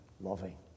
loving